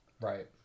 right